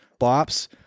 bops